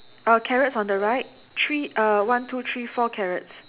oh carrot from the right three uh one two three four carrots